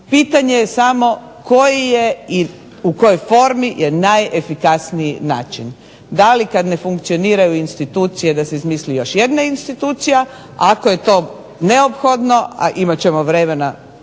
koji je i u kojoj formi je najefikasniji način. Da li kad ne funkcioniraju institucije da se izmisli još jedna institucija, ako je to neophodno a imat ćemo vremena.